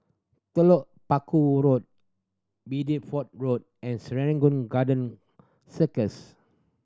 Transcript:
Telok Paku Road Bideford Road and Serangoon Garden Circus